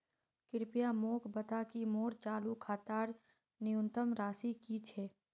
कृपया मोक बता कि मोर चालू खातार न्यूनतम राशि की छे